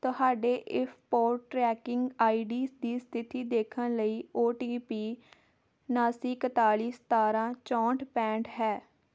ਤੁਹਾਡੇ ਇ ਫ ਪੋ ਟ੍ਰੈਕਿੰਗ ਆਈ ਡੀ ਦੀ ਸਥਿਤੀ ਦੇਖਣ ਲਈ ਓ ਟੀ ਪੀ ਉਣਾਸੀ ਇਕਤਾਲੀ ਸਤਾਰਾਂ ਚੌਂਹਠ ਪੈਂਹਠ ਹੈ